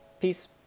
Peace